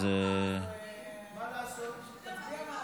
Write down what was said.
סליחה,